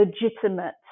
legitimate